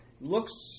looks